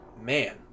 man